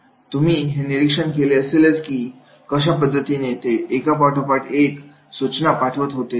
तुम्ही हे निरीक्षण केले असेल की कशा पद्धतीने ते एकापाठोपाठ एक सूचना पुढे पाठवत होते